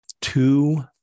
two